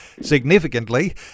significantly